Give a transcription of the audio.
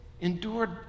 endured